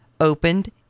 opened